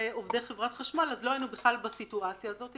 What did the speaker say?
עובדי חברת חשמל אז לא היינו בכלל בסיטואציה הזו.